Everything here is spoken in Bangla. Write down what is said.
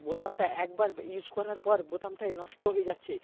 বোতামটা একবার বে ইউজ করার পর বোতামটাই নষ্ট হয়ে যাচ্ছে